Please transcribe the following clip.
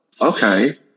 okay